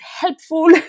helpful